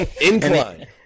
Incline